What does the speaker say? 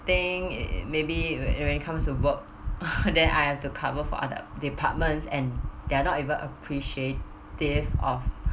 think maybe when it when it comes to work then I have to cover for other departments and they're not even appreciative of